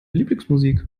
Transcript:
lieblingsmusik